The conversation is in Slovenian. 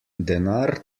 denar